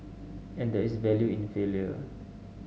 and there is value in failure